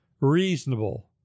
reasonable